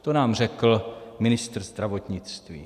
To nám řekl ministr zdravotnictví.